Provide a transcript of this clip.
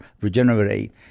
regenerate